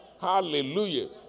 Hallelujah